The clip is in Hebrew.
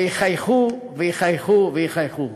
ויחייכו ויחייכו ויחייכו.